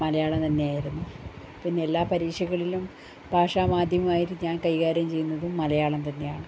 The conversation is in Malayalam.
മലയാളം തന്നെ ആയിരുന്നു പിന്നെല്ലാ പരീക്ഷകളിലും ഭാഷാമാധ്യമമായിട്ട് ഞാൻ കൈകാര്യം ചെയ്യുന്നതും മലയാളം തന്നെയാണ്